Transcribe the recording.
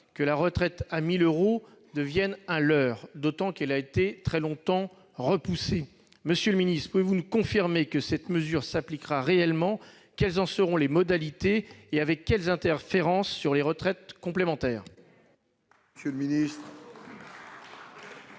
que la retraite à 1 000 euros devienne un leurre, d'autant qu'elle a été très longtemps repoussée. Monsieur le secrétaire d'État, pouvez-vous nous confirmer que cette mesure s'appliquera réellement ? Quelles en seront les modalités ? Quelles seront les interférences avec les retraites complémentaires ? La parole est à M.